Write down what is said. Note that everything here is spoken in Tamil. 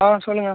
ஆ சொல்லுங்கள்